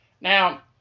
now